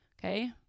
Okay